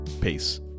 Peace